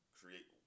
create